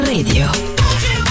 Radio